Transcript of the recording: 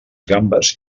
gambes